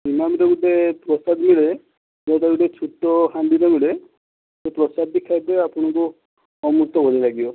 ଇମାମିରେ ଗୋଟେ ପ୍ରସାଦ ମିଳେ ଯୋଉଟାକି ଗୋଟେ ଛୋଟ ହାଣ୍ଡିରେ ମିଳେ ସେ ପ୍ରାସାଦଟି ଖାଇଦେବେ ଆପଣଙ୍କୁ ଅମୃତ ଭଳି ଲାଗିବ